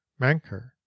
manker